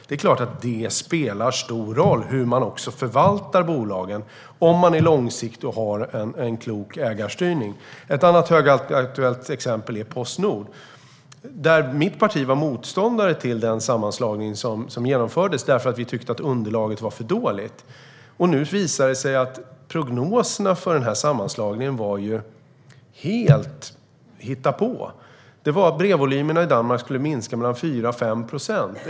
Det är klart att det spelar stor roll också hur man förvaltar bolagen, om man är långsiktig och har klok ägarstyrning. Ett annat högaktuellt exempel är Postnord. Mitt parti var motståndare till den sammanslagning som genomfördes därför att vi tyckte att underlaget var för dåligt. Nu visar det sig att prognoserna för sammanslagningen var rent hittepå. Brevvolymerna i Danmark skulle minska med mellan 4 och 5 procent.